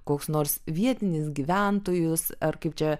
koks nors vietinis gyventojus ar kaip čia